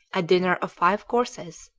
a dinner of five courses,